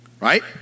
Right